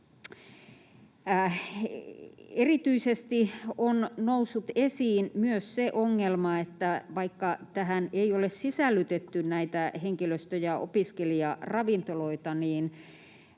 Erityisesti on noussut esiin myös se ongelma, että vaikka tähän ei ole sisällytetty näitä henkilöstö- ja opiskelijaravintoloita, niin